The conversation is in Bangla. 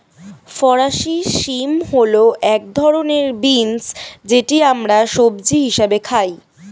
ফরাসি শিম হল এক ধরনের বিন্স যেটি আমরা সবজি হিসেবে খাই